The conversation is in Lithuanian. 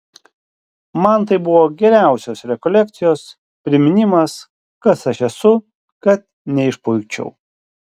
man tai buvo geriausios rekolekcijos priminimas kas aš esu kad neišpuikčiau